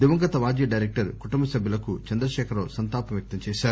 దివంగత మాజీ డైరెక్టర్ కుటుంబ సభ్యులకు చంద్రశేఖరరావు సంతాపం వ్యక్తంచేశారు